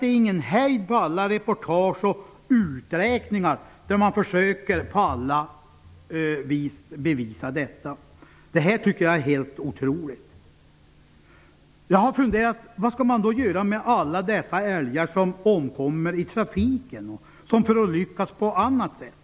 Det är ingen hejd på alla reportage och uträkningar, där man på alla sätt försöker bevisa detta. Det här är helt otroligt. Jag har funderat vad man skall göra med alla dessa älgar som omkommer i trafiken och som förolyckas på annat sätt.